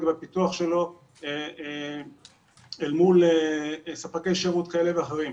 בפיתוח שלו אל מול ספקי שירות כאלה ואחרים.